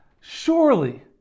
Surely